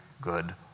good